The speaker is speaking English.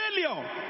failure